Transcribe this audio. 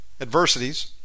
adversities